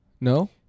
No